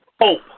hope